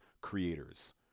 creators